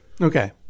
Okay